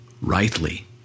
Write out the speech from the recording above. rightly